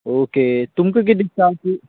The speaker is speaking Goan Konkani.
ओके तुमकां किदें दिसतां